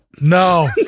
No